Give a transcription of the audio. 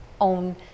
own